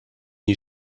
you